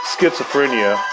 Schizophrenia